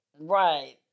Right